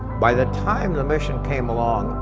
by the time the mission came along,